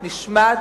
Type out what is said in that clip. נשמט,